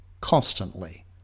constantly